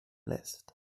list